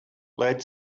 lead